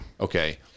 Okay